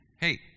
hey